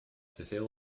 teveel